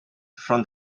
from